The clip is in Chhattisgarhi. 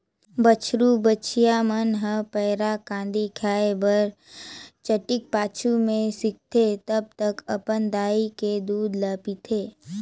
बछरु बछिया मन ह पैरा, कांदी खाए बर चटिक पाछू में सीखथे तब तक अपन दाई के दूद ल पीथे